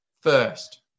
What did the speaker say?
First